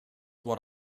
what